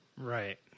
Right